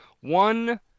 one